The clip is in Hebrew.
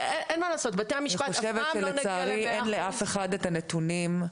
אני חושבת שלצערי אין לאף אחד את הנתונים,